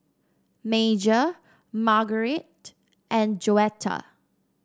Major Margarite and Joetta